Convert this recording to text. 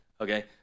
Okay